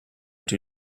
due